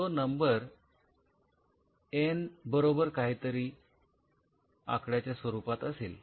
तो number N n बरोबर काहीतरी आकड्याच्या स्वरूपात असेल